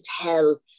tell